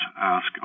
ask